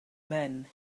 men